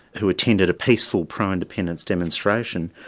who attended a peaceful pro-independence demonstration,